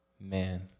Man